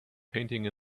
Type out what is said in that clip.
painting